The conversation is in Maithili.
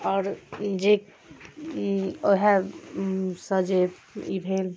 आओर जे वएहसँ जे ई भेल